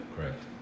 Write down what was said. Correct